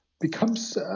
becomes